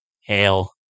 Hail